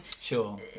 sure